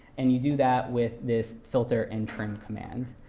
and you do that with this filterandtrim command.